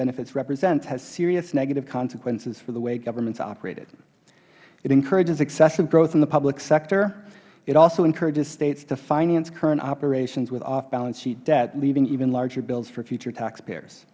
benefits represent has serious negative consequences for the way government is operated it encourages excessive growth in the public sector it also encourages states to finance current operations with off balance sheet debt leaving even larger bills for future taxpayers